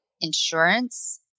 insurance